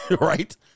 right